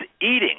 eating